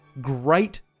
Great